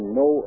no